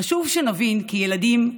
חשוב שנבין כי ילדים,